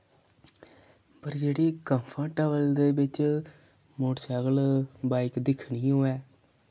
पर जेह्ड़ी कम्फर्टेबल दे बिच्च मोटरसैकल बाइक दिक्खनी होऐ